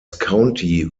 county